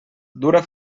dura